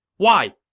why!